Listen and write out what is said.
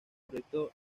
proyecto